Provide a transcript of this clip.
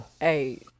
Hey